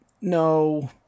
no